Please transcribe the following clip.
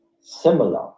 similar